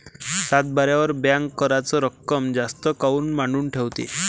सातबाऱ्यावर बँक कराच रक्कम जास्त काऊन मांडून ठेवते?